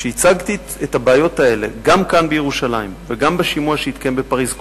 כשהצגתי את הבעיות האלה גם כאן בירושלים וגם בשימוע שהתקיים בפריס,